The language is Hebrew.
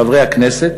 חברי הכנסת,